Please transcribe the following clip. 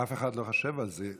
אף אחד לא חושב על זה.